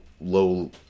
low